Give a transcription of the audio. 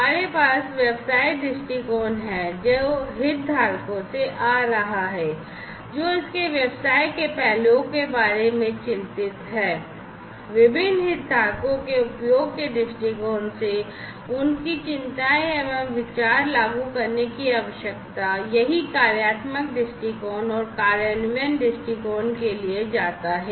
हमारे पास व्यवसाय दृष्टिकोण है जो हितधारकों से आ रहा है जो इसके व्यवसाय के पहलुओं के बारे में चिंतित हैं विभिन्न हितधारकों के उपयोग के दृष्टिकोण से उनकी चिंताएं एवं विचार लागू करने की आवश्यकता यही कार्यात्मक दृष्टिकोण और कार्यान्वयन दृष्टिकोण के लिए किया जाता है